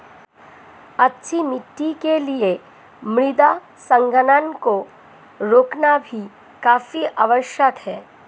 अच्छी मिट्टी के लिए मृदा संघनन को रोकना भी काफी आवश्यक है